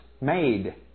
made